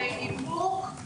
באיפוק,